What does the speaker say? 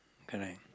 correct